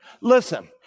Listen